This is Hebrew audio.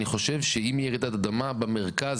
אני חושב שאם תהיה רעידת אדמה במרכז,